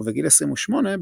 ובגיל 28,